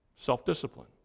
self-discipline